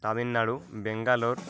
Tamil Nadu Bangalore